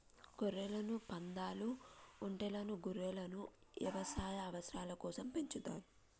గొర్రెలను, పందాలు, ఒంటెలను గుర్రాలను యవసాయ అవసరాల కోసం పెంచుతారు